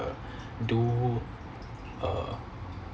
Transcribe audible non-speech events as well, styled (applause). uh (breath) do uh